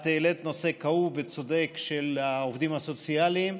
את העלית נושא כאוב וצודק של העובדים הסוציאליים.